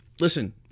listen